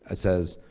ah says,